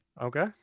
Okay